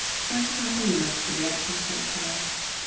cytoplasm where most the reactions take place